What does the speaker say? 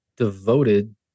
devoted